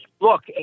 Look